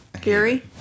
Gary